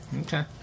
Okay